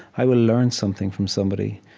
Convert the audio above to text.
i will learn something from somebody.